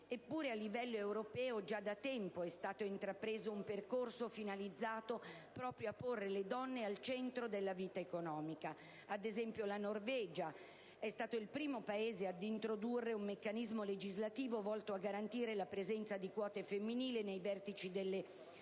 Eppure a livello europeo, già da tempo è stato intrapreso un percorso finalizzato proprio a porre le donne al centro della vita economica. Ad esempio, la Norvegia è stato il primo Paese ad introdurre un meccanismo legislativo volto a garantire la presenza di quote femminili nei vertici delle società